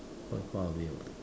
quite far away [what]